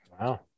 Wow